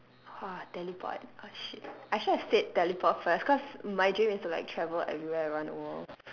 !wah! teleport oh shit I should have said teleport first cause my dream is to like travel everywhere around the world